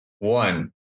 One